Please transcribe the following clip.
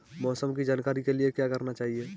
मौसम की जानकारी के लिए क्या करना चाहिए?